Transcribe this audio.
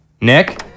Nick